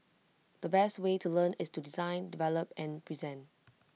the best way to learn is to design develop and present